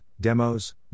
demos